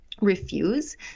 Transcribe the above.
refuse